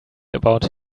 about